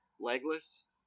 Legless